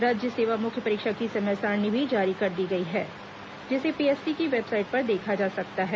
राज्य सेवा मुख्य परीक्षा की समय सारिणी भी जारी कर दी गई है जिसे पीएससी की वेबसाइट पर देखा जा सकता है